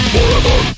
Forever